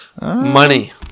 Money